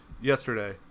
yesterday